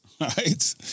right